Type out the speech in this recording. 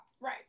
Right